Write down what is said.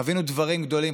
חווינו דברים גדולים,